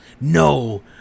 No